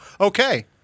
okay